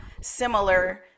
similar